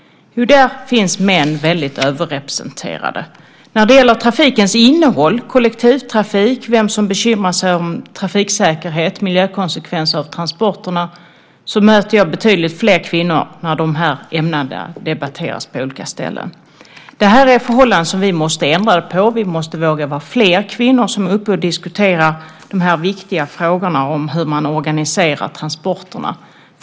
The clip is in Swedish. Jo, där är män väldigt överrepresenterade. När det gäller trafikens innehåll, kollektivtrafik och vem som bekymrar sig om trafiksäkerhet och miljökonsekvenser av transporterna, möter jag betydligt fler kvinnor när de ämnena debatteras på olika ställen. Det är förhållanden som vi måste ändra på. Vi måste våga vara fler kvinnor som diskuterar de viktiga frågorna om hur man organiserar transporterna.